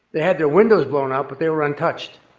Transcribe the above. they had their windows blown out, but they were untouched.